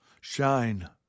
Shine